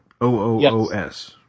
O-O-O-S